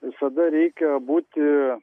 visada reikia būti